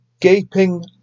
gaping